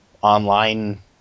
online